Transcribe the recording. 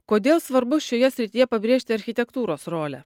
kodėl svarbu šioje srityje pabrėžti architektūros rolę